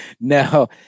No